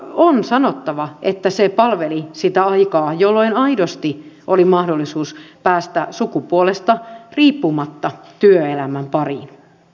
on sanottava että se palveli sitä aikaa jolloin aidosti oli mahdollisuus päästä sukupuolesta riippumatta työelämän pariin